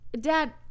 Dad